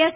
S